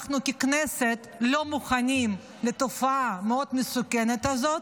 אנחנו ככנסת לא מוכנים לתופעה המאוד-מסוכנת הזאת.